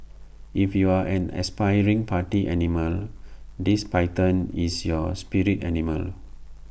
if you're an aspiring party animal this python is your spirit animal